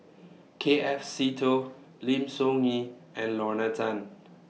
K F Seetoh Lim Soo Ngee and Lorna Tan